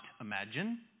imagine